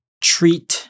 treat